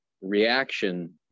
reaction